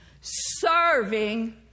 serving